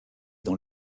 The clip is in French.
dans